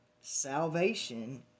salvation